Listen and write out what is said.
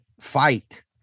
fight